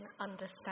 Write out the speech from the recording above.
understand